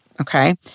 okay